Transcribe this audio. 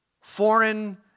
foreign